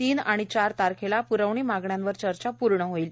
तीन आणि चार तारखेला प्रवणी मागण्यांवर चर्चा पूर्ण होईल